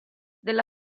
della